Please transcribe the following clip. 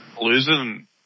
Losing